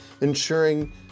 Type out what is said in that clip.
ensuring